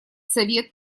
совет